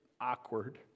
awkward